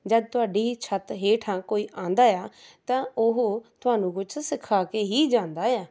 ਜਦ ਤੁਹਾਡੀ ਹੀ ਛੱਤ ਹੇਠਾਂ ਕੋਈ ਆਉਂਦਾ ਆ ਤਾਂ ਉਹ ਤੁਹਾਨੂੰ ਕੁਛ ਸਿਖਾ ਕੇ ਹੀ ਜਾਂਦਾ ਹੈ